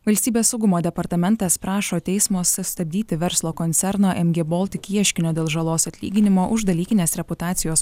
valstybės saugumo departamentas prašo teismo sustabdyti verslo koncerno mg baltic ieškinio dėl žalos atlyginimo už dalykinės reputacijos